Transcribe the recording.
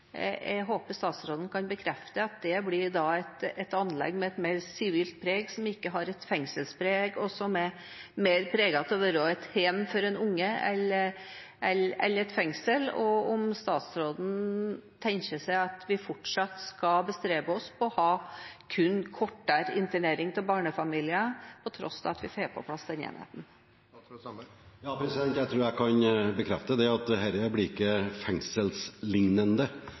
Jeg håper at statsråden kan bekrefte at det blir et anlegg med et mer sivilt preg, som ikke har et fengselspreg, og som er mer preget av å være et hjem for en unge enn et fengsel. Tenker statsråden seg at vi fortsatt skal bestrebe oss på å ha kun kortere internering av barnefamilier, til tross for at vi får på plass den enheten? Jeg tror jeg kan bekrefte at dette ikke blir fengselslignende. Det er nettopp derfor vi bygger slike moduler, for å unngå situasjoner det